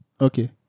okay